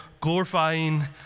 glorifying